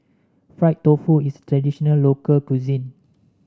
Fried Tofu is traditional local cuisine